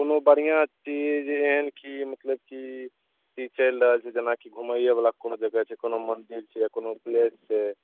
कोनो बढ़िआँ चीज एहन चीज मतलब की चलि रहल छै जेनाकि घुमइयेवला कोनो जगह छै कोनो मन्दिर छै या कोनो प्लेस छै